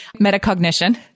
Metacognition